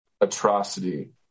atrocity